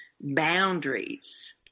boundaries